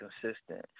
consistent